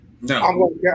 no